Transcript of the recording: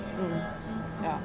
mm ya